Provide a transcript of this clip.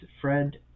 Fred